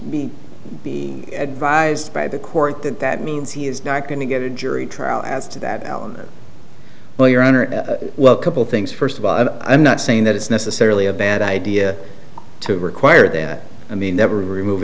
be advised by the court that that means he is not going to get a jury trial as to that element well your honor well couple things first of all i'm not saying that it's necessarily a bad idea to require that i mean never remove